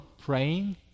praying